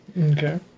okay